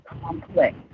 complex